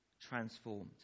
transformed